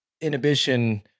inhibition